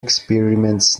experiments